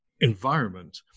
environment